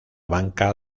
banca